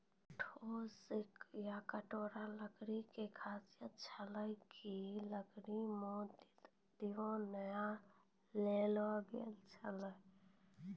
ठोस या कठोर लकड़ी के खासियत छै कि है लकड़ी मॅ दीमक नाय लागैय छै